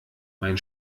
mein